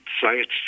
science